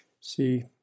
see